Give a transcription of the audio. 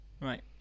Right